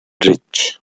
rich